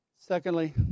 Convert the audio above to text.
Secondly